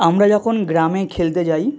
আমরা যখন গ্রামে খেলতে যাই